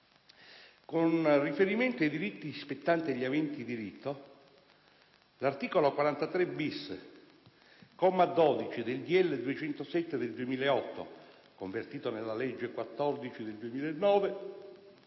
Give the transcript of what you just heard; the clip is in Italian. Con riferimento ai diritti spettanti agli aventi diritto, l'articolo 43-*bis*, comma 12, del decreto-legge n. 207 del 2008, convertito nella legge n. 14 del 2009,